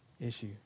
issue